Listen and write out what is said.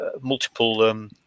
multiple